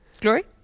Glory